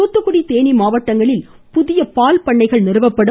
தூத்துகுடி தேனி மாவட்டங்களில் புதிய பால் பண்ணைகள் நிறுவப்படும்